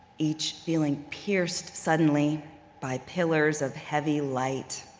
each feeling pierced suddenly by pillars of heavy light.